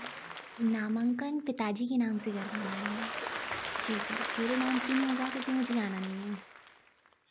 नामांकन पिता जी के नाम से करवाना है हमें जी सर मेरे नाम से नहीं होगा क्योंकि मुझे जाना नहीं है